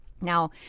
Now